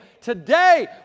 Today